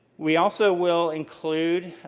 we also will include,